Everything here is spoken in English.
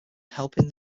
helping